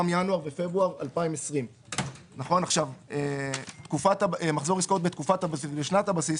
ינואר-פברואר 2020. "מחזור עסקאות בשנת הבסיס"